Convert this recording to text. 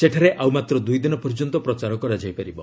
ସେଠାରେ ଆଉ ମାତ୍ର ଦୁଇ ଦିନ ପର୍ଯ୍ୟନ୍ତ ପ୍ରଚାର କରାଯାଇପାରିବ